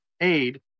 aid